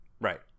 Right